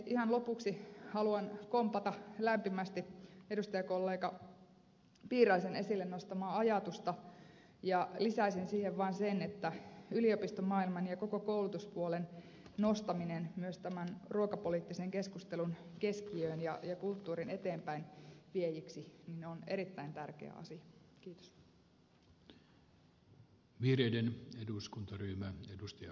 ihan lopuksi haluan kompata lämpimästi edustajakollega piiraisen esille nostamaa ajatusta ja lisäisin siihen vain sen että yliopistomaailman ja koko koulutuspuolen nostaminen myös tämän ruokapoliittisen keskustelun keskiöön ja ruokakulttuurin eteenpäin viejiksi on erittäin tärkeä asia